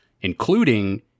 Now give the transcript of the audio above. including